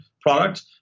product